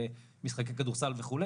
למשחקי כדורסל וכו',